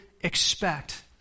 expect